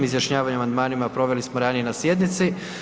Izjašnjavanje o amandmanima proveli smo ranije na sjednici.